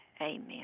amen